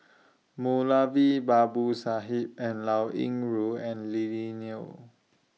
Moulavi Babu Sahib and Liao Yingru and Lily Neo